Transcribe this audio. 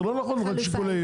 זה לא נכון רק שיקולי יעילות,